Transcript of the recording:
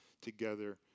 together